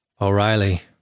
O'Reilly